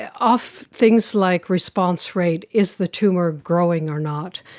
yeah off things like response rate, is the tumour growing or not,